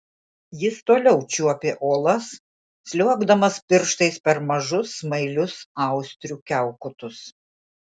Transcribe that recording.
jis toliau čiuopė uolas sliuogdamas pirštais per mažus smailius austrių kiaukutus